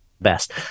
best